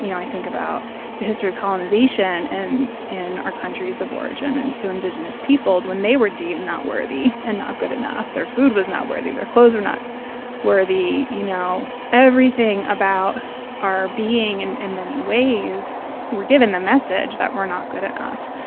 you know i think about the history of colonization and in our countries of origin and to indigenous peoples when they were deemed not worthy and not good enough. their food was not worthy. their clothes were not worthy. you know, everything about our being, and in many ways we're given the message that we're not good enough.